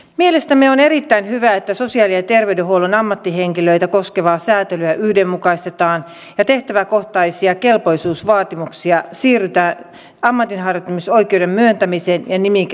mielestämme on erittäin hyvä että sosiaali ja terveydenhuollon ammattihenkilöitä koskevaa säätelyä yhdenmukaistetaan ja tehtäväkohtaisista kelpoisuusvaatimuksista siirrytään ammatinharjoittamisoikeuden myöntämiseen ja nimikesuojaan